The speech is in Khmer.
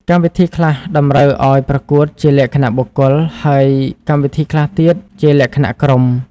កម្មវិធីខ្លះតម្រូវឲ្យប្រកួតជាលក្ខណៈបុគ្គល ហើយកម្មវិធីខ្លះទៀតជាលក្ខណៈក្រុម។